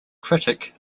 critic